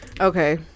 okay